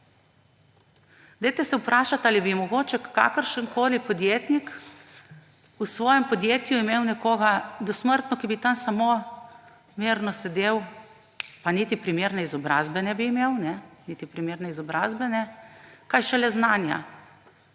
škodo. Vprašajte se, ali bi mogoče kakršenkoli podjetnik v svojem podjetju imel nekoga dosmrtno, ki bi tam samo mirno sedel in niti primerne izobrazbe ne bi imel, niti